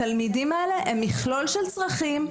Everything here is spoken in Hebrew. התלמידים האלה הם מכלול של צרכים,